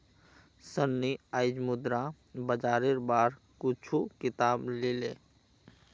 सन्नी आईज मुद्रा बाजारेर बार कुछू किताब ली ले